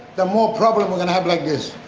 the more problems and and um like